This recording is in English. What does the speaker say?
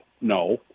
No